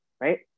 right